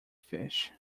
fish